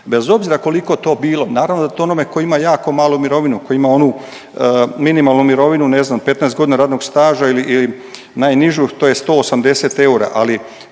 bez obzira koliko to bilo. Naravno da to onome tko ima jako malu mirovinu, koji ima onu minimalnu mirovinu ne znam 15 godina radnog staža ili najnižu to je 180 eura.